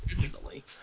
originally